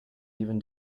even